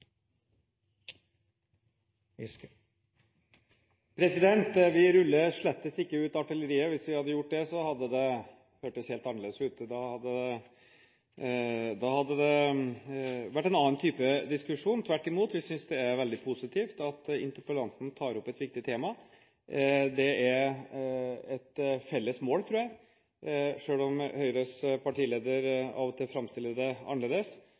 Vi ruller slett ikke ut artilleriet. Hvis vi hadde gjort det, hadde det hørtes helt annerledes ut. Da hadde det vært en annen type diskusjon. Tvert imot: Vi synes det er veldig positivt at interpellanten tar opp et slikt tema. Det er et felles mål, tror jeg, selv om Høyres partileder av og til framstiller det annerledes,